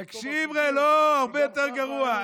תקשיב, הוא אומר יותר גרוע.